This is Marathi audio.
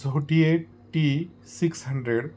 झोटीएट टी सिक्स हंड्रेड